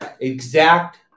Exact